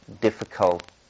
difficult